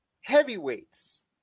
heavyweights